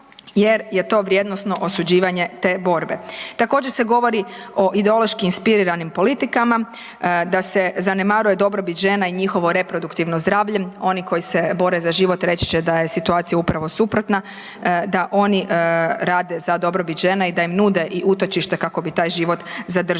jer je to vrijednosno osuđivanje te borbe. Također se govori o ideološki inspiriranim politikama, da se zanemaruje dobrobit žena i njihovo reproduktivno zdravlje, oni koji se bore za život reći će da je situacija upravo suprotna, da oni rade za dobrobit žene i da im nude i utočište kako bi taj život zadržale,